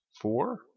four